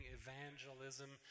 evangelism